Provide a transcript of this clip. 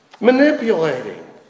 manipulating